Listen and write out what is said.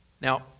Now